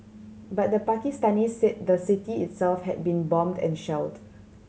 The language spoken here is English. but the Pakistanis said the city itself had been bombed and shelled